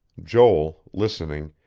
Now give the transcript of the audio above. joel, listening,